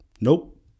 nope